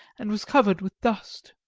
and was covered with dust.